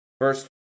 First